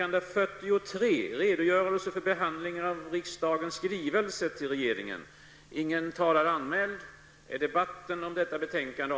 Talmannen meddelade att propositioner först skulle ställas beträffande envar av de frågor som berördes i de reservationer som fogats till betänkandet och därefter i ett sammanhang på övriga upptagna frågor.